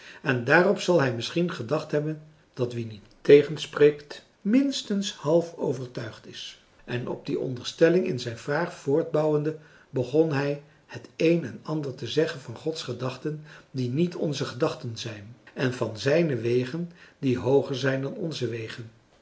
en daarop zal hij misschien gedacht hebben dat wie niet tegenspreekt minstens half overtuigd is en op de onderstelling in zijn vraag voortbouwende begon hij het een en ander te zeggen van gods gedachten die niet onze gedachten zijn en van zijne wegen die hooger zijn dan onze wegen